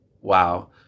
wow